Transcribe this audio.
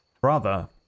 brother